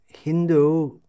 Hindu